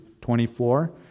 24